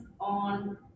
on